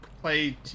Play